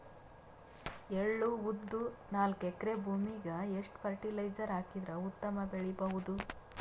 ಎಳ್ಳು, ಉದ್ದ ನಾಲ್ಕಎಕರೆ ಭೂಮಿಗ ಎಷ್ಟ ಫರಟಿಲೈಜರ ಹಾಕಿದರ ಉತ್ತಮ ಬೆಳಿ ಬಹುದು?